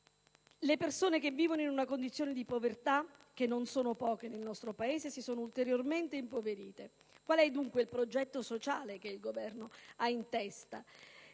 Le persone che vivono in una condizione di povertà - che non sono poche nel nostro Paese - si sono ulteriormente impoverite. Qual è dunque il progetto sociale che il Governo ha in mente,